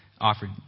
offered